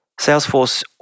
Salesforce